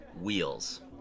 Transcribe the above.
Wheels